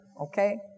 Okay